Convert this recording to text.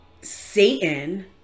satan